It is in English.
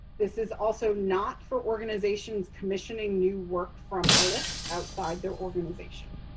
this is also not for organizations commissioning new work from artists outside their organization.